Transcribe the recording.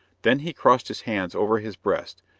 then he crossed his hands over his breast,